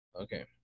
Okay